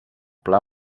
pla